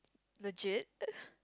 legit